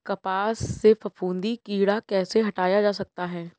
कपास से फफूंदी कीड़ा कैसे हटाया जा सकता है?